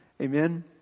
Amen